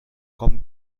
com